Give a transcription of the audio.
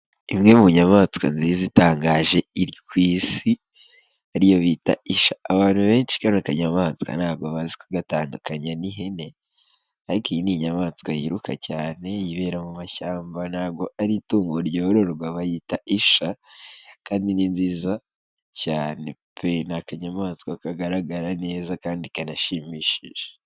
Imwe mu nyamaswa nziza itangaje iri ku isi, ari yo bita isha abantu benshi kano kanyamaswa ntabwo bazi kugatandukanya n'ihene, ariko iyi ni inyamaswa yiruka cyane yibera mu mashyamba ntabwo ari itungo ryororwa, bayita isha kandi ni nziza cyane pe, ni akanyamaswa kagaragara neza kandi kanashimishije.